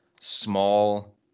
small